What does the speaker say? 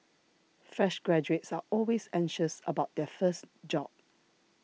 fresh graduates are always anxious about their first job